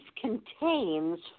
contains